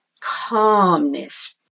calmness